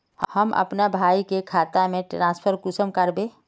हम अपना भाई के खाता में ट्रांसफर कुंसम कारबे?